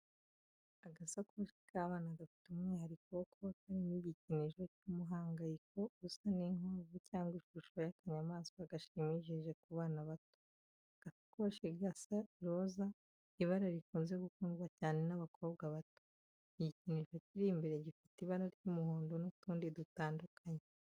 Agasakoshi k'abana gafite umwihariko wo kuba karimo igikinisho cy'umuhangayiko usa n'inkwavu cyangwa ishusho y'akanyamanswa gashimishije ku bana bato. Agasakoshi gasa iroza, ibara rikunze gukundwa cyane n’abakobwa bato. Igikinisho kiri imbere gifite ibara ry’umuhondo n’utundi dutandukanye.